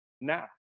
now